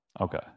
Okay